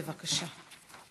בבקשה.